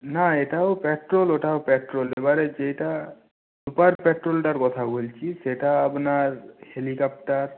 না এটাও পেট্রোল ওটাও পেট্রোল এবারে যেইটা সুপার পেট্রোলটার কথা বলছি সেটা আপনার হেলিকপ্টার